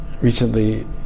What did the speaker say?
recently